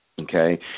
okay